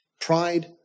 Pride